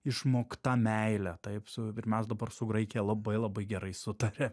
išmokta meile taip su bet mes dabar su graikija labai labai gerai sutariame